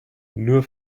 nur